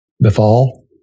befall